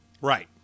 right